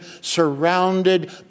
surrounded